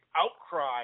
outcry